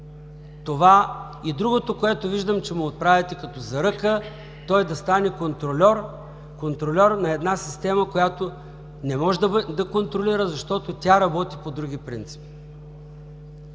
знае. Другото, което виждам, че му отправяте като заръка: да стане контрольор – контрольор на една система, която не може да контролира, защото тя работи по други принципи.